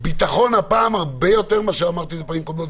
בביטחון הפעם הרבה יותר מפעמים קורמות,